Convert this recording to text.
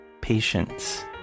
patience